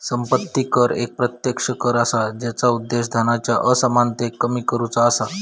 संपत्ती कर एक प्रत्यक्ष कर असा जेचा उद्देश धनाच्या असमानतेक कमी करुचा असा